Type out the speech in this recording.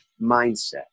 mindset